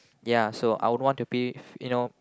ya so I would want to be you know